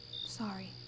Sorry